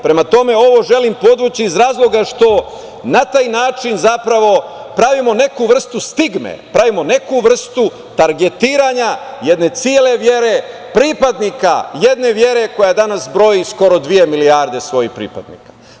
Prema tome, ovo želim podvući iz razloga što na taj način zapravo pravimo neku vrstu stigme, pravimo neku vrstu targetiranja jedne cele vere, pripadnika jedne vere koja danas broji skoro dve milijarde svojih pripadnika.